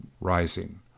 rising